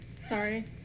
Sorry